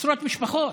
עשרות משפחות.